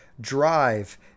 Drive